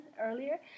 earlier